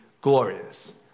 glorious